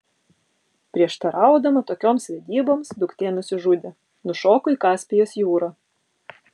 prieštaraudama tokioms vedyboms duktė nusižudė nušoko į kaspijos jūrą